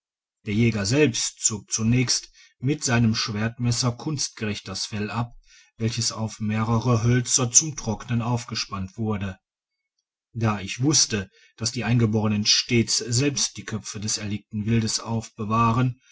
der jäger selbst zog zunächst mit seinem schwertmesser kunstgerecht das fell ab welches auf mehrere hölzer zum trockenen aufgespannt wurde da ich wusste dass die eingeborenen stets selbst die köpfe des erlegten wildes aufbewahren